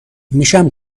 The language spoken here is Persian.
میشم